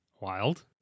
Wild